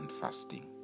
fasting